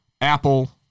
Apple